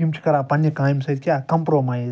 یِم چھِ کَران پَننہِ کامہِ سۭتۍ کیٛاہ کَمپرٛومایز